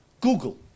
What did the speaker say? Google